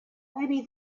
maybe